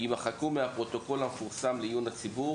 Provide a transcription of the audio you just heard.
יימחקו מהפרוטוקול המפורסם לעיון הציבור